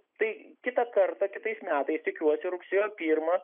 tai kitą kartą kitais metais tikiuosi rugsėjo pirmą